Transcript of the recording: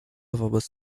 wobec